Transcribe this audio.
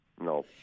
No